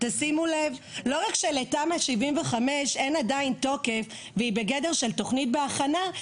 לא רק שלתמ"א 75 אין תוקף והיא בגדר של תוכנית בהכנה,